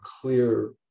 clear